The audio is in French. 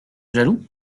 jaloux